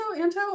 anto